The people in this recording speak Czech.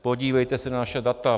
Podívejte se na naše data!